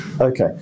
Okay